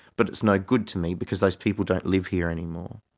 but it's no good to me because those people don't live here anymore.